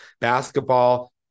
Basketball